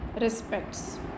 respects